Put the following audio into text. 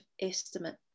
estimate